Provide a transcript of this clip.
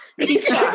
teacher